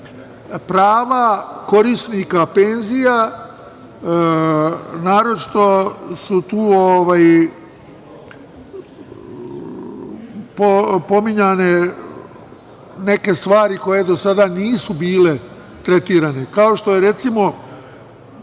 prava korisnika penzija, naročito su tu pominjane neke stvari koje do sada nisu bile tretirane, kao što su, recimo,